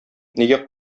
нигә